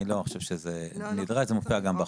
אני לא חושב שזה נדרש, זה מופיע גם בחוק,